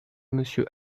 monsieur